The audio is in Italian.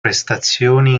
prestazioni